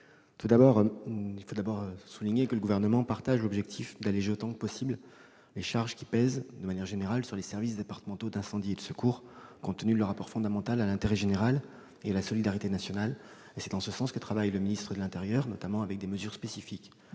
tout d'abord, souligner que le Gouvernement partage l'objectif d'alléger autant que possible les charges qui pèsent de manière générale sur les services départementaux d'incendie et de secours, compte tenu de leur apport fondamental à l'intérêt général et à la solidarité nationale. C'est dans ce sens que travaille le ministre d'État, ministre de l'intérieur, en prenant notamment des mesures spécifiques